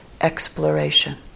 exploration